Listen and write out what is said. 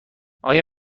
آیا